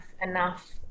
enough